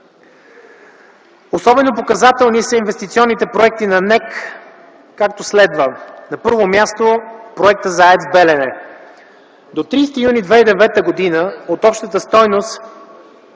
Особено показателни са инвестиционните проекти на НЕК, както следва. На първо място, проектът за АЕЦ „Белене”. До 30.06.2009 г. от общата стойност